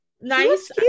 nice